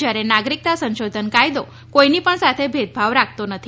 જ્યારે નાગરિકતા સંશોધન કાયદો કોઈની પણ સાથે ભેદભાવ રાખતો નથી